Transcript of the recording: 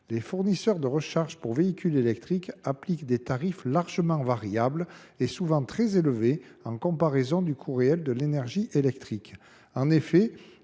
Les fournisseurs de recharge pour véhicules électriques appliquent des tarifs fort variables et souvent très élevés en comparaison du coût réel de l’énergie électrique. En effet,